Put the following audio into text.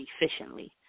efficiently